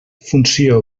funció